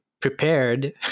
prepared